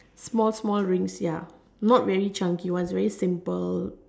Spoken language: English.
small small rings ya not very chunky ones very simple